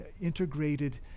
integrated